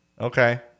okay